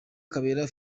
kabera